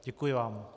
Děkuji vám.